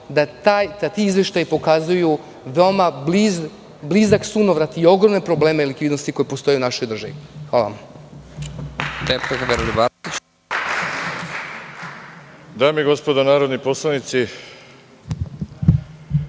da ti izveštaji pokazuju veoma blizak sunovrat i ogromne probleme likvidnosti koje postoje u našoj državi. hvala vam.